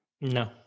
No